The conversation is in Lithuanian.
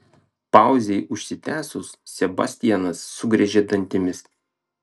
pauzei užsitęsus sebastianas sugriežė dantimis